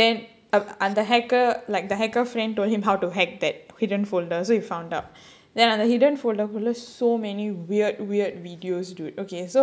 then அந்த:andha hacker like the hacker friend told him how to hack that hidden folder so he found out then on the hidden folder உள்ள:ulla so many weird weird videos dude okay so